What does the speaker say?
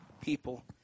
people